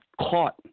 caught